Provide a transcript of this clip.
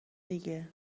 دیگه